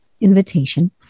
invitation